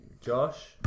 Josh